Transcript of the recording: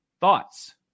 Thoughts